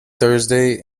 thursday